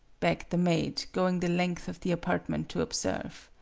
begged the maid, going the length of the apartment to observe.